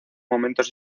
momentos